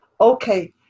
Okay